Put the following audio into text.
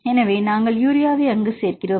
எனவே நாங்கள் யூரியாவை அங்கு சேர்க்கிறோம்